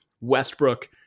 Westbrook